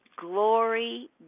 glory